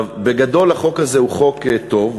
בגדול החוק הזה הוא חוק טוב,